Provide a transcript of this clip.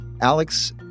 Alex